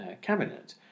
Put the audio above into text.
Cabinet